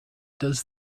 does